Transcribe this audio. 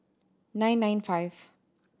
nine nine five